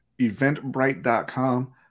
eventbrite.com